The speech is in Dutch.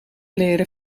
leren